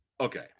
Okay